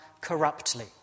corruptly